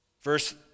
verse